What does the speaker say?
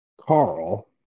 Carl